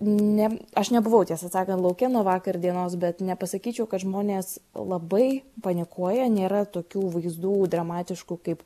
ne aš nebuvau tiesą sakant lauke nuo vakar dienos bet nepasakyčiau kad žmonės labai panikuoja nėra tokių vaizdų dramatiškų kaip